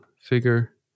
figure